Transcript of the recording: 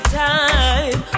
time